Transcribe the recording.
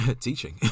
Teaching